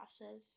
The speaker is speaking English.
process